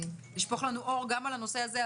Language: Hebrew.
שתשפוך לנו אור גם על הנושא הזה,